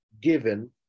given